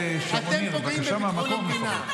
אתם פוגעים בביטחון המדינה.